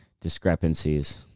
Discrepancies